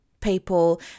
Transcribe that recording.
people